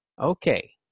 Okay